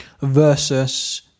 Versus